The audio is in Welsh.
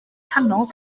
canol